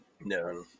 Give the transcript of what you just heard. No